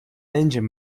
engine